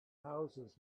houses